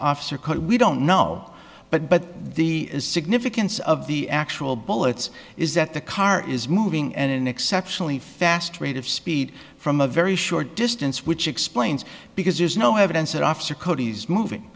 officer could we don't know but but the significance of the actual bullets is that the car is moving and an exceptionally fast rate of speed from a very short distance which explains because there's no evidence that officer cody is moving